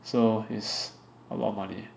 so it's a lot of money